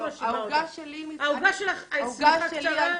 העוגה שלך, השמיכה קצרה?